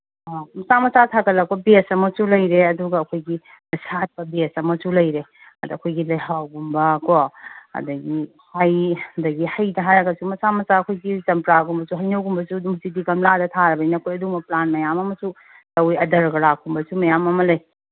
ꯑ ꯃꯆꯥ ꯃꯆꯥ ꯁꯥꯒꯠꯂꯛꯄ ꯕꯦꯆ ꯑꯃꯁꯨ ꯂꯩꯔꯦ ꯑꯗꯨꯒ ꯑꯩꯈꯣꯏꯒꯤ ꯑꯁꯥꯠꯄ ꯕꯦꯆ ꯑꯃꯁꯨ ꯂꯩꯔꯦ ꯑꯗ ꯑꯩꯈꯣꯏꯒꯤ ꯂꯩꯍꯥꯎꯒꯨꯝꯕꯀꯣ ꯑꯗꯒꯤ ꯍꯩ ꯑꯗꯒꯤ ꯍꯩꯗ ꯍꯥꯏꯔꯒꯁꯨ ꯃꯆꯥ ꯃꯆꯥ ꯑꯩꯈꯣꯏꯒꯤ ꯆꯝꯄ꯭ꯔꯥꯒꯨꯝꯕꯁꯨ ꯍꯩꯅꯧꯒꯨꯝꯕꯁꯨ ꯑꯗꯨꯝ ꯍꯧꯖꯤꯛꯇꯤ ꯒꯝꯂꯥꯗ ꯊꯥꯔꯕꯅꯤꯅ ꯑꯩꯈꯣꯏ ꯑꯗꯨꯝꯕ ꯄ꯭ꯂꯥꯟ ꯃꯌꯥꯝ ꯑꯃꯁꯨ ꯇꯧꯋꯦ ꯑꯗꯔꯒꯨꯂꯥꯞꯀꯨꯝꯕꯁꯨ ꯃꯌꯥꯝ ꯑꯃ ꯂꯩ